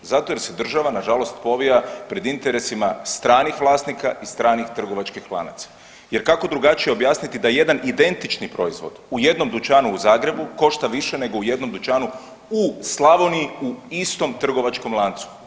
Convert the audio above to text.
Zato jer se država nažalost povija pred interesima stranih vlasnika i stranih trgovačkih lanaca jer kako drugačije objasniti da jedan identični proizvod u jednom dućanu u Zagrebu košta više nego u jednom dućanu u Slavoniji u istom trgovačkom lancu.